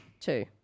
Two